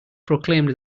proclaimed